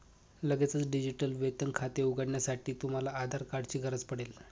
लगेचच डिजिटल वेतन खाते उघडण्यासाठी, तुम्हाला आधार कार्ड ची गरज पडेल